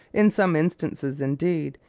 in some instances, indeed,